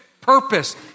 purpose